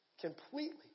completely